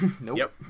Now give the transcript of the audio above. Nope